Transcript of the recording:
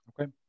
Okay